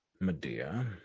Medea